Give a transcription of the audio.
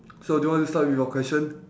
so do you want to start with your question